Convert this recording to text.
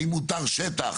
האם הותר שטח,